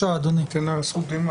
אני אתן לה זכות קדימה.